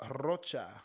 Rocha